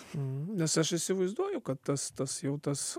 nes aš įsivaizduoju kad tas tas jau tas